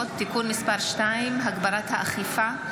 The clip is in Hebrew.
לפעוטות (תיקון מס' 2) (הגברת האכיפה),